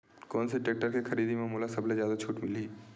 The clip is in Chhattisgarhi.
कोन से टेक्टर के खरीदी म मोला सबले जादा छुट मिलही?